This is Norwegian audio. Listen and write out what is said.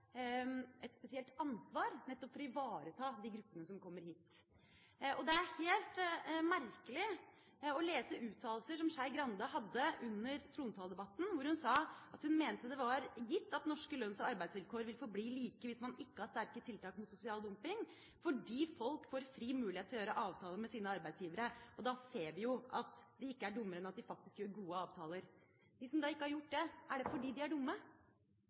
et spesielt ansvar å ivareta de gruppene som kommer hit. Det er helt merkelig å lese uttalelser som Skei Grande kom med i trontaledebatten, hvor hun sa at hun mente det var gitt at norske lønns- og arbeidsvilkår ville forbli like hvis man ikke har sterke tiltak mot sosial dumping, fordi «folk får fri mulighet til å gjøre avtaler med sine arbeidsgivere», og da ser vi jo at de «ikke er dummere enn at de faktisk gjør gode avtaler». De som da ikke har gjort det, er det fordi de er dumme?